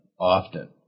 often